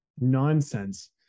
nonsense